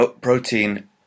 protein